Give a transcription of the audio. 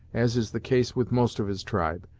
as is the case with most of his tribe,